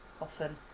often